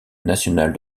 nationale